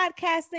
podcasting